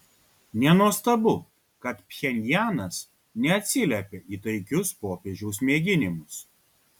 nenuostabu kad pchenjanas neatsiliepė į taikius popiežiaus mėginimus